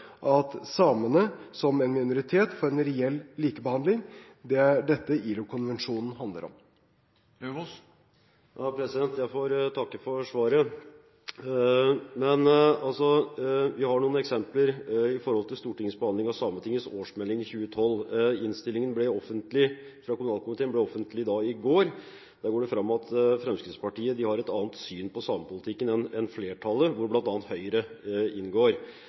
at samene som en minoritet får en reell likebehandling. Det er dette ILO-konvensjonen handler om. Jeg får takke for svaret. Vi har noen eksempler med tanke på Stortingets behandling av Sametingets virksomhet 2012. Innstillingen fra kommunalkomiteen ble offentlig i går. Der går det fram at Fremskrittspartiet har et annet syn på samepolitikken enn flertallet, hvor bl.a. Høyre inngår.